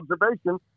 observation